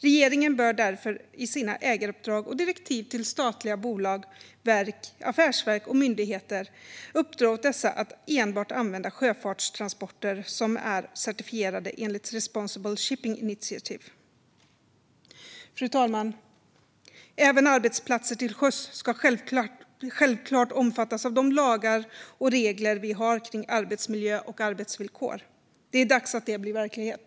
Regeringen bör därför i sina ägaruppdrag och direktiv till statliga bolag, verk, affärsverk och myndigheter uppdra åt dessa att enbart använda sjöfartstransporter som är certifierade enligt Responsible Shipping Initiative. Fru talman! Även arbetsplatser till sjöss ska självklart omfattas av de lagar och regler som vi har kring arbetsmiljö och arbetsvillkor. Det är dags att det blir verklighet.